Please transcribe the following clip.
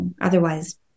Otherwise